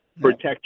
protect